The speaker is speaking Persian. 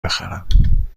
بخرم